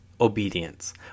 Obedience